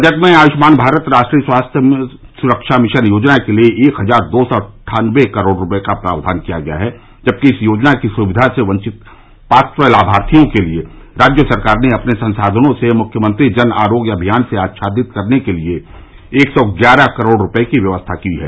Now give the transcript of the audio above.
budget में आयुष्मान भारत राष्ट्रीय स्वास्थ्य सुरक्षा मिशन योजना के लिये एक हजार दो सौ अट्ठानवे करोड़ रूपये का प्रावधान किया गया है जबकि इस योजना की सुविधा से वंचित पात्र लाभार्थियों के लिये राज्य सरकार ने अपने संसाधनों से मुख्यमंत्री जन आरोग्य अभियान से आच्छादित करने के लिये एक सौ ग्यारह करोड़ रूपये की व्यवस्था की है